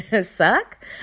suck